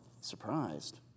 surprised